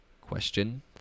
Question